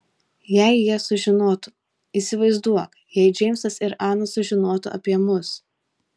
jei jie sužinotų įsivaizduok jei džeimsas ir ana sužinotų apie mus